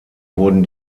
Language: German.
wurden